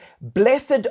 Blessed